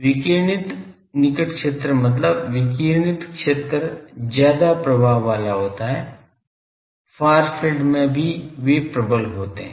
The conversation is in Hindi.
विकिरणित निकट क्षेत्र मतलब विकिरणित क्षेत्र ज्यादा प्रभाव वाला होता है फार फील्ड में भी वे प्रबल होते हैं